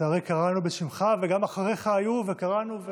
לצערי קראנו בשמך, וגם אחריך היו, וקראנו.